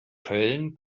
köln